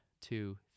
two